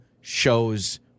shows